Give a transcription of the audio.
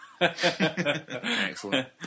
Excellent